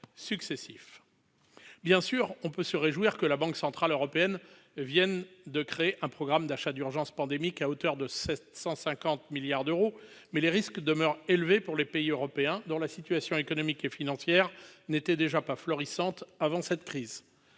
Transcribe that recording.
Bien sûr, on peut se réjouir que la Banque centrale européenne vienne de créer le « programme d'achat urgence pandémique » à hauteur de 750 milliards d'euros, mais les risques demeurent élevés pour les pays européens dont la situation économique et financière n'était déjà pas florissante avant cette crise.